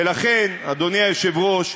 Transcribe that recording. ולכן, אדוני היושב-ראש,